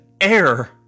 air